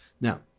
Now